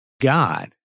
God